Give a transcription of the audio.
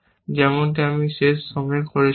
যেমনটি আমি শেষ সময়ে করেছিলাম